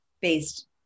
based